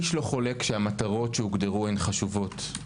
איש לא חולק שהמטרות שהוגדרו הן חשובות.